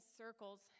circles